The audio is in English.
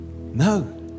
No